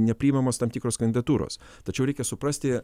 nepriimamos tam tikros kandidatūros tačiau reikia suprasti